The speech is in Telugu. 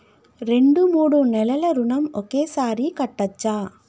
రెండు మూడు నెలల ఋణం ఒకేసారి కట్టచ్చా?